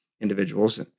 individuals